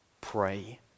pray